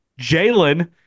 Jalen